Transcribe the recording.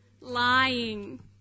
Lying